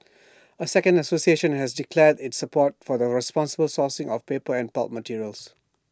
A second association has declared its support for the responsible sourcing of paper and pulp materials